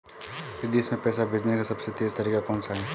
विदेश में पैसा भेजने का सबसे तेज़ तरीका कौनसा है?